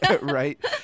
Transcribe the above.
right